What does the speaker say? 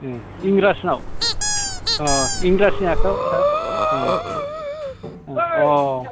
ए इंराजनाव अ इंराजनि आखायाव सार अ अ